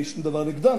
ואין לי שום דבר נגדם,